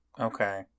Okay